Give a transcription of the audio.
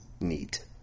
neat